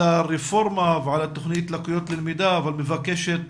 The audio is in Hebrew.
הרפורמה ועל התכנית "מלקויות ללמידה" אך מבקשת